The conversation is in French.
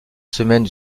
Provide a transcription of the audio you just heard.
semaines